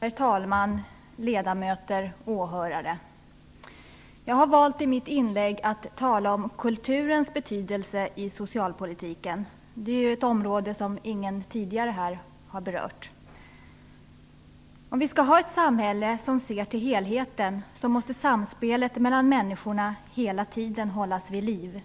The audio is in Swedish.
Herr talman! Ledamöter och åhörare! Jag har valt att i mitt inlägg tala om kulturens betydelse i socialpolitiken. Det är ett område som inte någon talare här tidigare har berört. Om vi skall ha ett samhälle som ser till helheten måste samspelet mellan människorna hela tiden hållas vid liv.